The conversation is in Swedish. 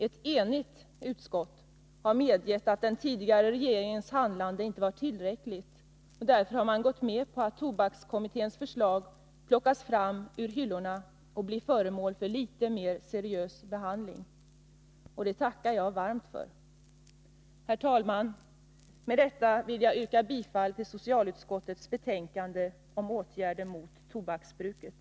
Ett enigt utskott har medgett att den tidigare regeringens handlande inte var tillräckligt, och därför har man gått med på att tobakskommitténs förslag plockas fram ur hyllan och blir föremål för litet mer seriös behandling. Det tackar jag varmt för. Herr talman! Med detta vill jag yrka bifall till hemställan i socialutskottets betänkande om åtgärder mot tobaksbruket.